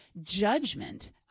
judgment